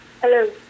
Hello